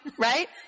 right